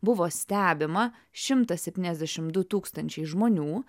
buvo stebima šimtas septyniasdešim du tūkstančiai žmonių